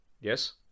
Yes